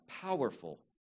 powerful